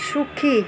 সুখী